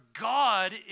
God